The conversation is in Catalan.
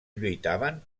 lluitaven